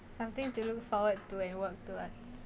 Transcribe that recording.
something to look forward to and work towards